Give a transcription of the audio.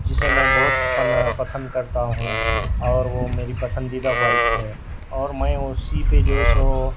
جسے میں بہت پسند کرتا ہوں اور وہ میری پسندیدہ بائک ہے اور میں اسی پہ جو ہے سو